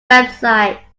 website